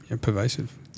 pervasive